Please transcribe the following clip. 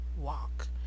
walk